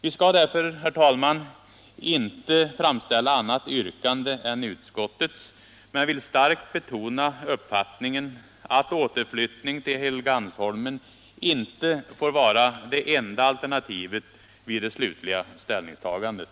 Vi skall därför, herr talman, inte framställa annat yrkande än utskottets men vill starkt betona uppfattningen att återflyttning till Helgeandsholmen inte får vara det enda alternativet vid det slutliga ställningstagandet.